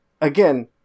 again